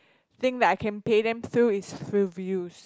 thing that I can pay them through is through views